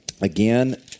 Again